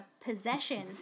possession